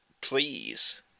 please